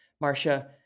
Marcia